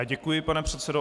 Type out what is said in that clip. Děkuji, pane předsedo.